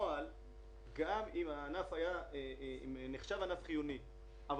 שבפועל גם אם הענף היה נחשב חיוני אבל